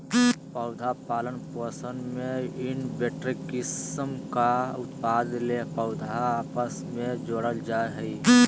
पौधा पालन पोषण में इनब्रेड किस्म का उत्पादन ले पौधा आपस मे जोड़ल जा हइ